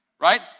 right